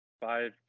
five